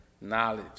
knowledge